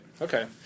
Okay